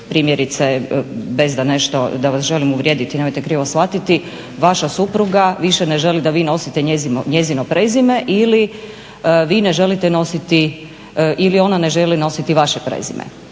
primjerice bez da nešto da vas želim uvrijediti, nemojte krivo shvatiti vaša supruga više ne želi da vi nosite njezino prezime ili vi ne želite nositi ili ona ne